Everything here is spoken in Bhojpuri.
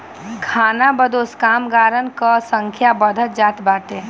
खानाबदोश कामगारन कअ संख्या बढ़त जात बाटे